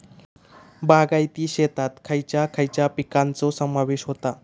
बागायती शेतात खयच्या खयच्या पिकांचो समावेश होता?